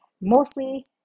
Mostly